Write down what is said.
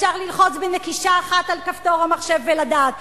אפשר ללחוץ בנקישה אחת על כפתור המחשב ולדעת.